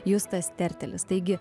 justas tertelis taigi